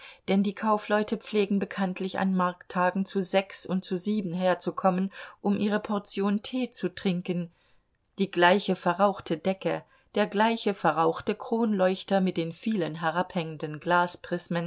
denn die kaufleute pflegen bekanntlich an markttagen zu sechs und zu sieben herzukommen um ihre portion tee zu trinken die gleiche verrauchte decke der gleiche verrauchte kronleuchter mit den vielen herabhängenden